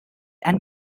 and